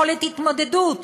יכולת התמודדות,